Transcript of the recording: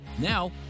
Now